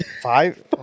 Five